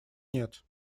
нет